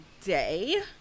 today